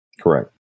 Correct